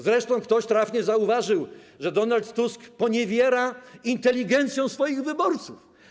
Zresztą ktoś trafnie zauważył, że Donald Tusk poniewiera inteligencją swoich wyborców.